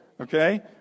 Okay